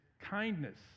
kindness